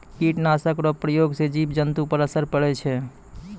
कीट नाशक रो प्रयोग से जिव जन्तु पर असर पड़ै छै